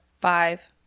five